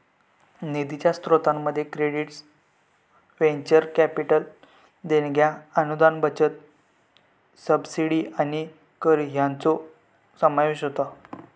निधीच्या स्रोतांमध्ये credits, venture capital देणग्या, अनुदान, बचत, सबसिडी आणि कर हयांचो समावेश होता